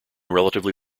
relatively